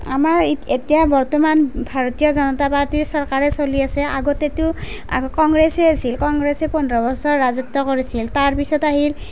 আমাৰ এতিয়া বৰ্তমান ভাৰতীয় জনতা পাৰ্টীৰ চৰকাৰে চলি আছে আগতেটো কংগ্ৰেছে আছিল কংগ্ৰেছে পোন্ধৰ বছৰ ৰাজত্ব কৰিছিল তাৰপিছত আহিল